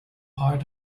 part